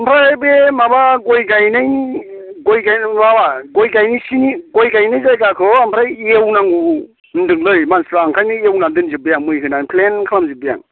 ओमफ्राय बे माबा गय गायनायनि माबा गय गायनोसैनि गय गायनाय जायगाखौ ओमफ्राय एवनांगौ होनदोंलै मानसिफोरा ओंखायनो एवनानै दोनजोबबाय आं मै होनानै प्लेन खालाम जोबबाय आं